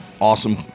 awesome